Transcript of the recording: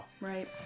Right